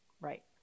Right